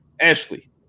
Ashley